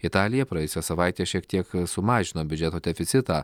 italija praėjusią savaitę šiek tiek sumažino biudžeto deficitą